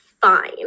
fine